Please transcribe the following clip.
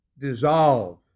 dissolve